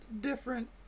different